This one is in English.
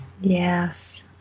Yes